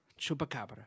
Chupacabra